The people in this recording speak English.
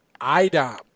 Idom